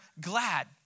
glad